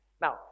Now